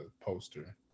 poster